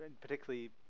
particularly